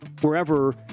wherever